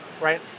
right